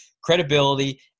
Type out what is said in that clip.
credibility